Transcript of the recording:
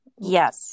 yes